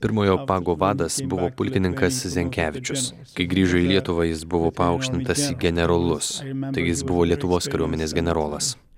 pirmojo pago vadas buvo pulkininkas zenkevičius kai grįžo į lietuvą jis buvo paaukštintas į generolus tai jis buvo lietuvos kariuomenės generolas